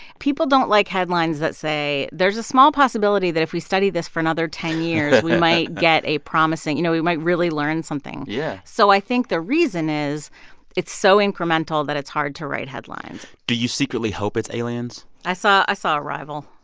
people don't like headlines that say there's a small possibility that if we study this for another ten years, we might get a promising you know, we might really learn something. yeah so i think the reason is it's so incremental that it's hard to write headlines do you secretly hope it's aliens? i saw i saw arrival.